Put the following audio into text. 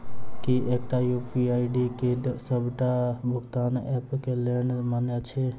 की एकटा UPI ID D सबटा भुगतान ऐप केँ लेल मान्य अछि?